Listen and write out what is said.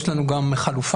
יש לנו גם חלופה,